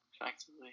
effectively